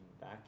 back